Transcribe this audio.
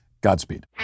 Godspeed